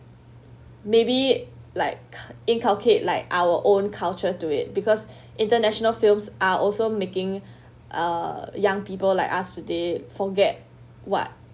maybe like ca~ inculcate like our own culture to it because international films are also making uh young people like us today forget what